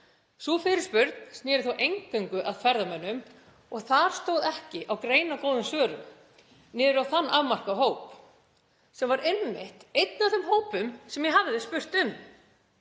Sú fyrirspurn sneri þó eingöngu að ferðamönnum og þar stóð ekki á greinargóðum svörum um þann afmarkaða hóp, sem var einmitt einn af þeim hópum sem ég hafði spurt um.